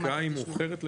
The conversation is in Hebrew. המחיקה מאוחרת להתיישנות.